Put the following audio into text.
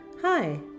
Hi